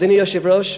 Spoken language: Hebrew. אדוני היושב-ראש,